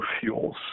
fuels